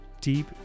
deep